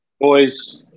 boys